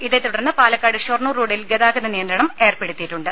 ഇതേതുടർന്ന് പാലക്കാട് ഷൊർണ്ണൂർ റോഡിൽ ഗതാഗത നിയന്ത്രണം ഏർപ്പെടുത്തിയിട്ടുണ്ട്